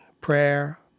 prayer